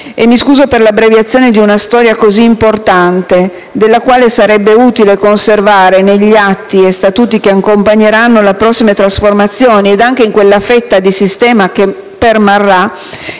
e mi scuso per l'abbreviazione di una storia così importante, della quale sarebbe utile conservare negli atti e statuti che accompagneranno la prossima trasformazione ed anche in quella fetta di sistema che permarrà,